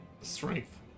Strength